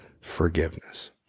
forgiveness